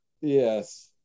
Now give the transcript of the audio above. Yes